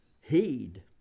heed